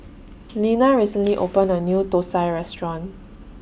Leanna recently opened A New Thosai Restaurant